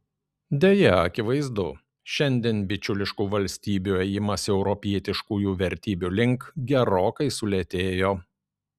deja akivaizdu šiandien bičiuliškų valstybių ėjimas europietiškųjų vertybių link gerokai sulėtėjo